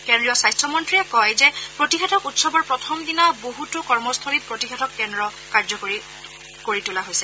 কেন্দ্ৰীয় স্বাস্থ্যমন্ত্ৰীয়ে কয় যে প্ৰতিষেধক উৎসৱৰ প্ৰথমদিনা বহুটো কৰ্মস্থলীত প্ৰতিষেধক কেন্দ্ৰ কাৰ্যকৰী তোলা হৈছে